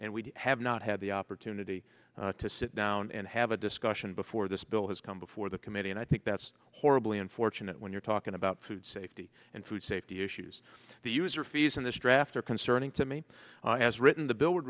and we have not had the opportunity to sit down and have a discussion before this bill has come before the committee and i think that's horribly unfortunate when you're talking about food safety and food safety issues the user fees in this draft are concerning to me as written the bill would